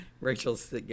Rachel's